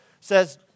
says